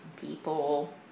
people